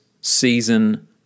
season